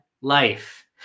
life